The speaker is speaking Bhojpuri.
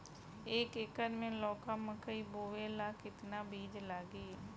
एक एकर मे लौका मकई बोवे ला कितना बिज लागी?